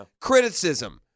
criticism